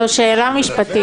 זו שאלה משפטית.